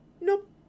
Nope